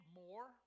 more